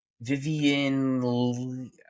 Vivian